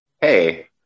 Hey